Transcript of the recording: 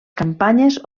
campanyes